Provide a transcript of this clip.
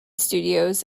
studios